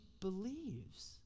believes